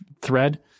thread